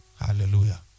Hallelujah